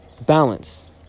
Balance